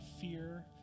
fear